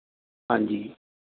ਹਾਂਜੀ